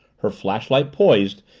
her flashlight poised,